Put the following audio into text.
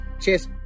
Cheers